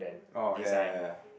orh ya ya ya